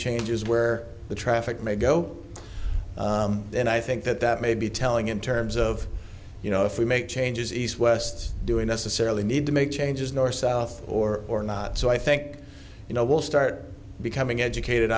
changes where the traffic may go then i think that that may be telling in terms of you know if we make changes east west doing necessarily need to make changes north south or or not so i think you know we'll start becoming educated